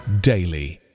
daily